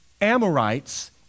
Amorites